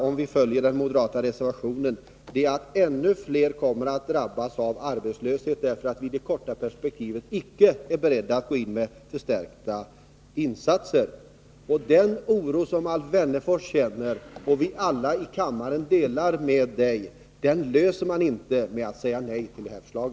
Om vi följer den moderata reservationen kommer ännu fler att drabbas av arbetslöshet. I det korta perspektivet är moderaterna icke beredda att gå in med bestämda insatser. Den oro som Alf Wennerfors känner och som vi alla delar med honom löser man inte genom att säga nej till detta förslag.